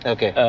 Okay